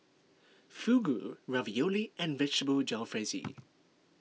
Fugu Ravioli and Vegetable Jalfrezi